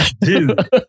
dude